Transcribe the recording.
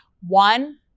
One